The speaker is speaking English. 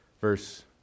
verse